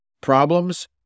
problems